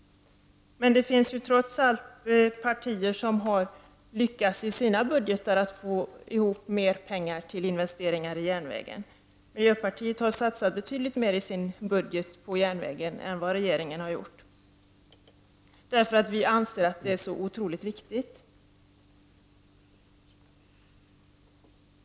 Men det finns trots allt partier som har lyckats att i sina budgetar få ihop mer pengar till investeringar i järnvägen. Miljöpartiet har i sitt budgetförslag satsat betydligt mer på järnvägen än vad regeringen har gjort, därför att vi anser att det är så otroligt viktigt.